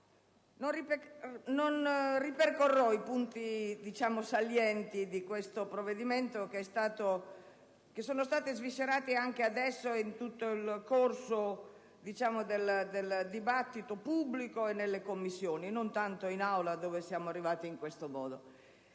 non ripercorrerò i punti salienti di questo provvedimento, che sono stati sviscerati anche adesso e in tutto il corso del dibattito pubblico e nelle Commissioni (non tanto in Aula, in cui siamo arrivati in questo modo).